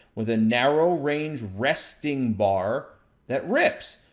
with a narrow range resting bar that rips.